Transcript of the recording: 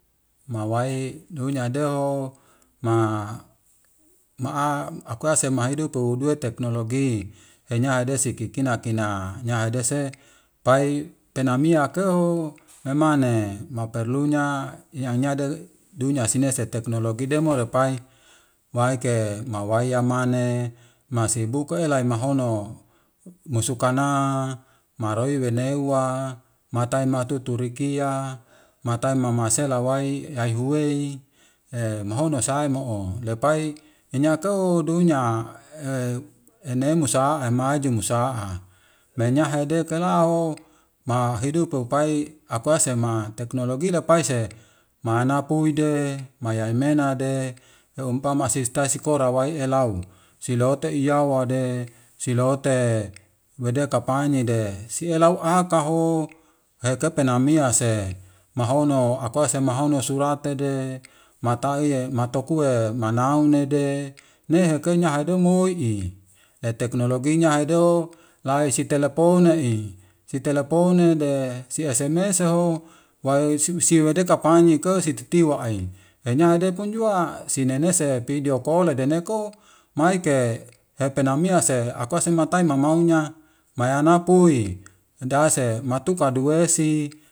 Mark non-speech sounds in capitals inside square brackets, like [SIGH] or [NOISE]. Mawai nyunadeho ma ma akuase mahidupu uduwe teknologi. Enyahede sikikin kina nya hedese pai penamia keho emane maperlunya nyanyade dunya sinese teknologi demo repi waike mawayamane masibuka elai mahonomusukana, marau wenewa, matai matutu rikia, mataima masela wai yaiy huwei, [HESITATION] mahono esai mo'o lepai enyakeo dunya [HESITATION] enemusa'e mau jumusa'e mmenyahede kelahao ma hidupu upai akuase ma teknologi lepaise mahanapuide, mayahimende, eumpama sitasi sekora waielau, silote iyawade, silote wede kapanyede sielau hakaho heke penamiase mahono akuase mahonu ruratede mataiye matokue manaunede nyeheke nyahadeu moi'i. Le teknologinya haido lai sitelepone'i, si teleponede siese meseho wai siwede kapanyeke ke sititiwa aiy nyahedekon jua sinenese pideo kole deneko maike epenamia se akuase matai mamaunya mayanapui dase matuka duwesi.